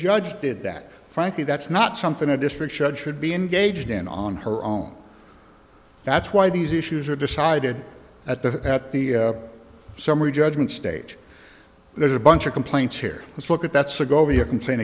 judge did that frankly that's not something a district judge should be engaged in on her own that's why these issues are decided at the at the summary judgment stage there's a bunch of complaints here let's look at that